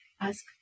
Ask